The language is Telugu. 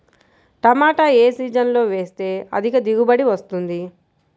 టమాటా ఏ సీజన్లో వేస్తే అధిక దిగుబడి వస్తుంది?